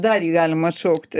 dar jį galima atšaukti